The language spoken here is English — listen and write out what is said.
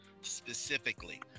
specifically